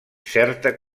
certa